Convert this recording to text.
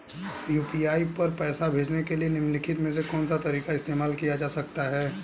UPI पर पैसे भेजने के लिए निम्नलिखित में से कौन सा तरीका इस्तेमाल किया जा सकता है?